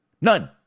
None